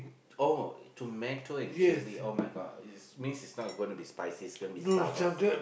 oh tomato and chilli [oh]-my-God is means is not gonna be spicy is gonna be sour